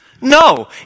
no